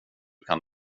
kan